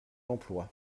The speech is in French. l’emploi